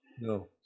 No